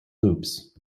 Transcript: loops